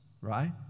right